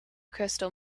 crystal